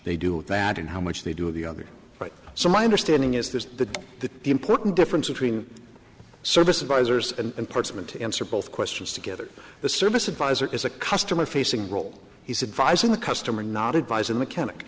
they do that and how much they do of the other right so my understanding is that the important difference between service advisors and portsmouth to answer both questions together the service advisor is a customer facing role he's advised in the customer not advise and mechanic